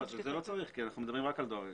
את זה לא צריך כי אנחנו מדברים רק על דואר אלקטרוני.